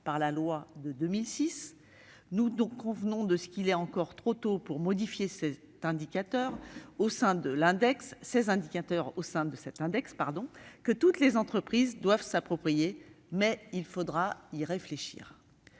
par la loi depuis 2006. Nous sommes convenus qu'il est encore trop tôt pour modifier les indicateurs au sein de cet index, que toutes les entreprises doivent s'approprier, mais il faudra y réfléchir.